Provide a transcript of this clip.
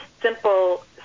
simple